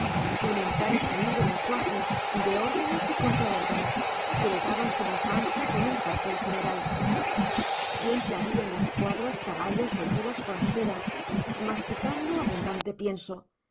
un entrar y salir de mensajes de órdenes y contraórdenes que le daban semejanza con un cuartel general siempre había en las cuadras caballos o mulas forasteras masticando abundante pienso